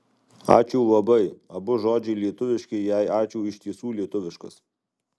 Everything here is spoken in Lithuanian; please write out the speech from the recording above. ačiū labai abu žodžiai lietuviški jei ačiū iš tiesų lietuviškas